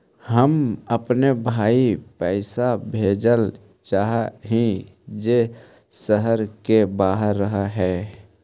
हम अपन भाई पैसा भेजल चाह हीं जे शहर के बाहर रह हे